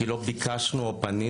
כי לא ביקשנו או פנינו